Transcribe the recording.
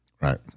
Right